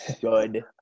Good